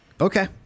Okay